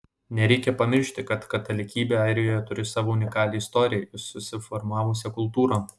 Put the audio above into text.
nereikia pamiršti kad katalikybė airijoje turi savo unikalią istoriją ir susiformavusią kultūrą